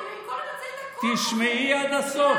במקום, תשמעי עד הסוף.